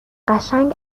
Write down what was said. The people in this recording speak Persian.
قشنگ